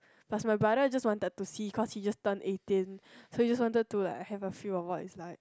plus my brother just wanted to see cause he just turn eighteen so just wanted to like have a feel of what it's like